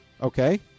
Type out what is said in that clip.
Okay